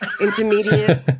intermediate